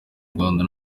rwanda